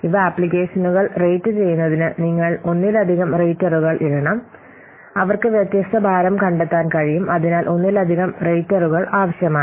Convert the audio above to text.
ഇവ ആപ്ലിക്കേഷനുകൾ റേറ്റുചെയ്യുന്നതിന് നിങ്ങൾ ഒന്നിലധികം റേറ്ററുകൾ ഇടണം അവർക്ക് വ്യത്യസ്ത ഭാരം കണ്ടെത്താൻ കഴിയും അതിനാൽ ഒന്നിലധികം റേറ്ററുകൾ ആവശ്യമാണ്